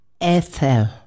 Ethel